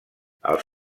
els